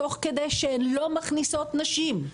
תוך כדי שהן לא מכניסות נשים.